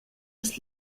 als